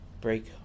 break